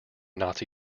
nazi